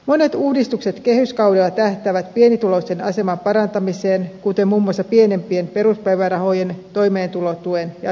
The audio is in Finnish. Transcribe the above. monet uudistukset kehyskauden tähtelä pienituloisten aseman parantamiseen kuten muun muassa pienempien peruspäivärahojen toimeentulotuen ja asumistuen korotukset tähtäävät kehyskaudella pienituloisten aseman parantamiseen